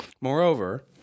Moreover